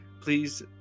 please